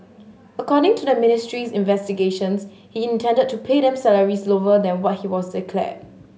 according to the ministry's investigations he intended to pay them salaries lower than what was declared